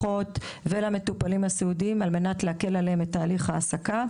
לגבי תהליך ההעסקה.